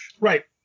Right